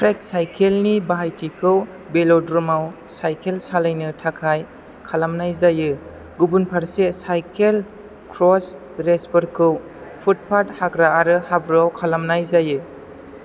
track सायखेलनि बाहायथिखौ बेल'द्रमाव सायखेल सालायनो थाखाय खालामनाय जायो गुबुनफारसे सायखेल क्रस रेसफोरखौ फुटपात हाग्रा आरो हाब्रुआव खालामनाय जायो